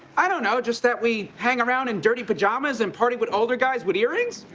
i don't know. just that we hang around in dirty pajamas and party with older guys with earrings.